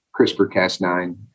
CRISPR-Cas9